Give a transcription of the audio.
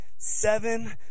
seven